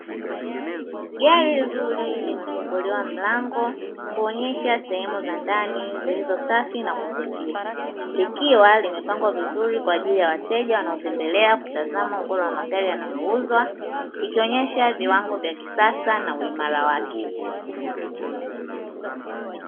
Gari zuri limefunguliwa mlango kuonesha sehemu za ndani zilizo safi na kuvutia likiwa limepangwa vizuri kwaajili ya wateja wanao tembelea kutazama ubora wa magari yanayo uzwa ikionesha viwango vya kisasa na uimara wake.